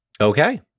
Okay